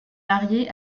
mariée